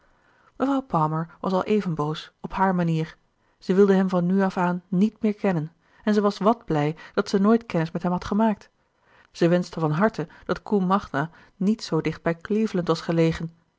mevrouw palmer was al even boos op haar manier zij wilde hem van nu af aan niet meer kennen en ze was wàt blij dat ze nooit kennis met hem had gemaakt ze wenschte van harte dat combe magna niet zoo dicht bij cleveland was gelegen